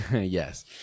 Yes